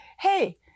Hey